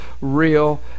real